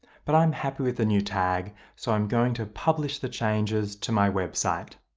but i'm happy with the new tag, so i'm going to publish the changes to my website.